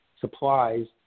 supplies –